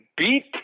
beat